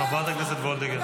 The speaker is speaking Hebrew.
חברת הכנסת וולדיגר.